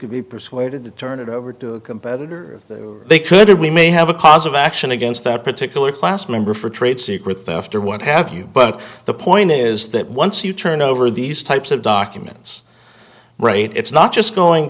could be persuaded to turn it over to a competitor that they could we may have a cause of action against that particular class member for trade secret theft or what have you but the point is that once you turn over these types of documents right it's not just going